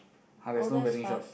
!huh! there is no betting shop